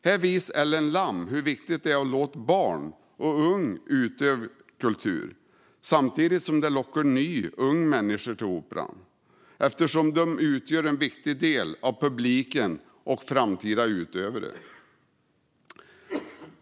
Där visade Ellen Lamm hur viktigt det är att låta barn och unga utöva kultur samtidigt som det lockar nya, unga människor till Operan, eftersom de utgör en viktig del av publiken och framtida utövare.